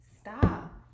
stop